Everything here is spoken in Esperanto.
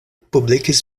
publikis